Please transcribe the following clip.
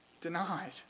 denied